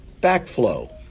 backflow